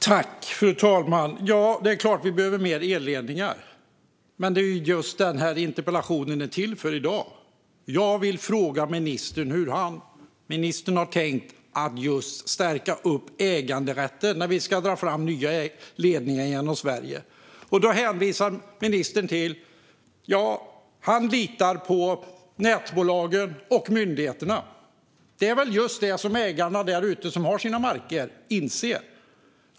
Fru talman! Det är klart att vi behöver fler elledningar, men det är just det min interpellation i dag har som syfte. Jag ville höra av ministern hur han hade tänkt förstärka äganderätten när nya ledningar ska dras fram genom Sverige, men då hänvisade ministern till nätbolagen och myndigheterna och sa att han litar på dem. Det här har markägarna där ute insett.